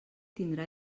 tindrà